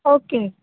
okay